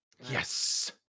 Yes